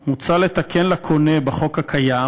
על כך, מוצע לתקן לקוּנָה בחוק הקיים,